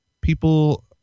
people